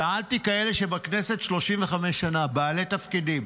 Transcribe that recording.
שאלתי כאלה שבכנסת 35 שנה, בעלי תפקידים.